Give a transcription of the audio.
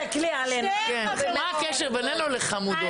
מה הקשר בינינו לבין חמודות?